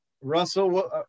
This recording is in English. Russell